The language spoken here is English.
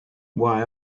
why